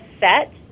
set